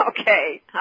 Okay